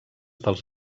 dels